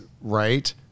right